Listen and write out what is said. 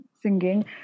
singing